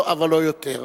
אבל לא יותר.